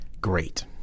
great